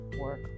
work